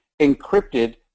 encrypted